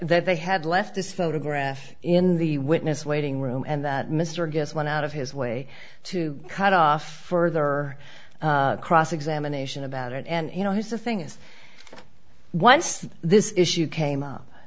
that they had left this photograph in the witness waiting room and that mr guess went out of his way to cut off further cross examination about it and you know here's the thing is once this issue came up